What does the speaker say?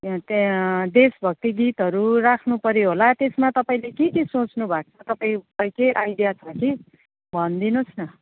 त्यहाँ देशभक्ति गीतहरू राख्नुपर्यो होला त्यसमा तपाईँले के के सोच्नुभएको छ तपाईँलाई केही आइडिया छ कि भनिदिनु होस् न